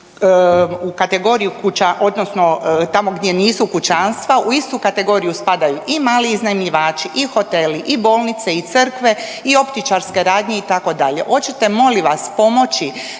kategoriji, odnosno tamo gdje nisu kućanstva, u istu kategoriju spadaju i mali iznajmljivači i hoteli i bolnice i crkve i optičarske radnje, itd. Hoćete molim vas, pomoći,